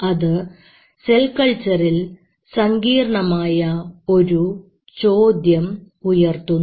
അത് സെൽ കൾച്ചറിൽ സങ്കീർണമായ ഒരു ചോദ്യം ഉയർത്തുന്നു